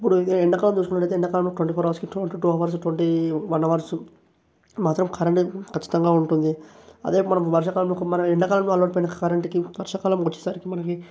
ఇపుడు ఇది ఎండాకాలం చూసుకున్నట్లైతే ఎండాకాలంలో ట్వంటీ ఫోర్ అవర్స్కి two into two hours twenty one hours మాత్రం కరెంట్ ఖచ్చితంగా ఉంటుంది అదే మనం వర్షాకాలంలో మనం ఎండాకాలంలో అల్లాడిపోయిన కరెంట్కి వర్షాకాలం వచ్చేసరికి మనకి